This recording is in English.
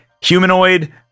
humanoid